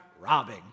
robbing